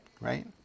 Right